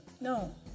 no